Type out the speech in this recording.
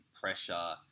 pressure